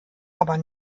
aber